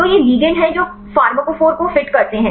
तो ये लिगेंड हैं जो फार्माकोफोर को फिट करते हैं